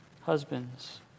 Husbands